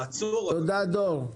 תודה דור.